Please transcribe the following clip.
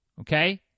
Okay